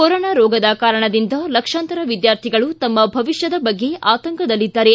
corona ರೋಗದ ಕಾರಣದಿಂದ ಲಕ್ಷಾಂತರ ವಿದ್ಯಾರ್ಥಿಗಳು ತಮ್ಮ ಭವಿಷ್ಕದ ಬಗ್ಗೆ ಆತಂಕದಲ್ಲಿದ್ದಾರೆ